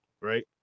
Right